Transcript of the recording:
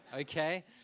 okay